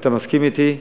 ואתה מסכים אתי,